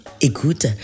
écoute